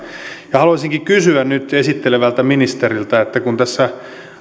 haluaisinkin kysyä nyt esittelevältä ministeriltä että kun tässä